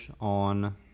on